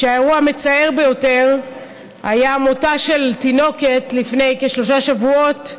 כשהאירוע המצער ביותר היה מותה של תינוקת לפני כשלושה שבועות,